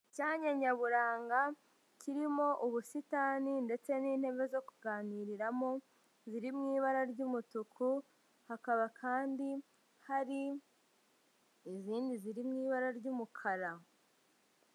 Icyanya nyaburanga, kirimo ubusitani ndetse n'intebe zo kuganiriramo, ziri mu ibara ry'umutuku, hakaba kandi hari izindi ziri mu ibara ry'umukara.